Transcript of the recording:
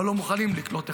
אבל לא מוכנים לקלוט אחד.